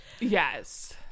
Yes